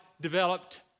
developed